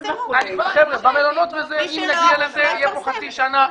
כשנגיע למלונות, תהיה פה חצי שנה.